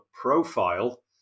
profile